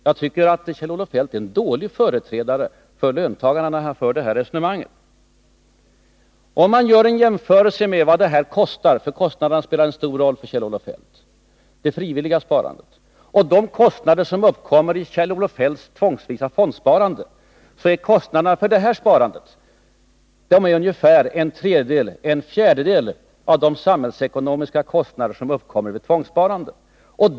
Jag tycker att Kjell-Olof Feldt är en dålig företrädare för löntagarna när han för detta resonemang. En jämförelse mellan vad det frivilliga sparandet kostar — kostnaderna spelar en stor roll för Kjell-Olof Feldt — och de kostnader som uppkommer för Kjell-Olof Feldts tvångsvisa fondsparande, visar att kostnaderna för det frivilliga sparandet är ungefär en fjärdedel av de samhällsekonomiska kostnader som uppkommer vid hans förslag till tvångssparande.